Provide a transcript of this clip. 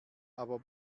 aber